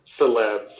celebs